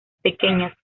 pequeñas